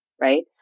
right